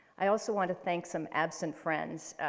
i also want to thank some absent friends,